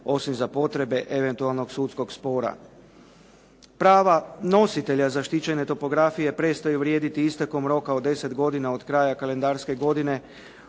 osim za potrebe eventualnog sudskog spora. Prava nositelja zaštićene topografije prestaju vrijediti istekom roka od 10 godina od kraja kalendarske godine